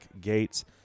Gates